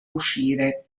uscire